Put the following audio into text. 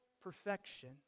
perfection